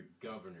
governor